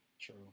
True